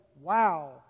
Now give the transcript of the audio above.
wow